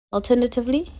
Alternatively